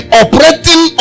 operating